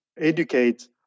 educate